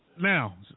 Now